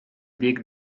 dig